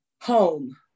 Home